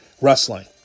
wrestling